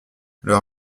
leur